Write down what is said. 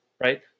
Right